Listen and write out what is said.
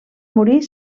morir